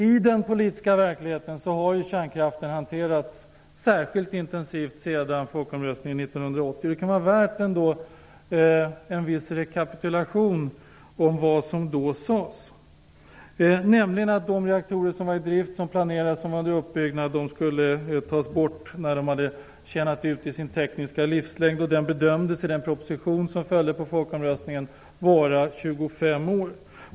I den politiska verkligheten har kärnkraften hanterats särskilt intensivt sedan folkomröstningen 1980. Det kan vara värt ändå att göra en viss rekapitulation av vad som då sades, nämligen att de reaktorer som var i drift, de som planerades och de som var under byggnad skulle tas bort när de hade tjänat ut i sin tekniska livslängd, och den bedömdes i den proposition som följde på folkomröstningen vara 25 år.